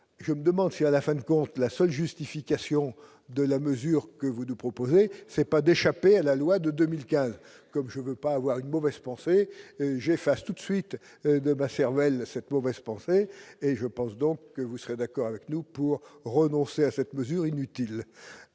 je me demande si à la fin de compte, la seule justification de la mesure que vous nous proposez, c'est pas d'échapper à la loi de 2015 comme je veux pas avoir une mauvaise pensée j'ai face tout de suite de elle ne cette mauvaise pensée et je pense donc que vous serez d'accord avec nous pour renoncer à cette mesure inutile